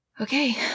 Okay